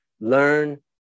learn